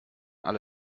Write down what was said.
alle